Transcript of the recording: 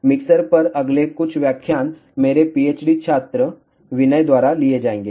mixer पर अगले कुछ व्याख्यान मेरे PhD छात्र विनय द्वारा लिए जाएंगे